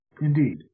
Indeed